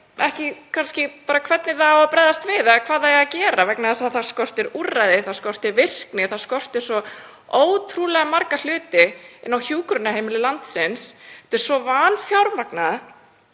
ekki hvernig það á að bregðast við eða hvað það á að gera vegna þess að það skortir úrræði, það skortir virkni, það skortir svo ótrúlega marga hluti á hjúkrunarheimilum landsins. Þetta er svo vanfjármagnað